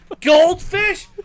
goldfish